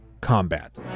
combat